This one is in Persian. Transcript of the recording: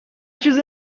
چیزی